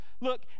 look